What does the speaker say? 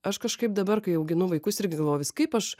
aš kažkaip dabar kai auginu vaikus irgi galvoju vis kaip aš